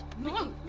no!